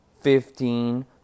fifteen